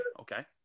okay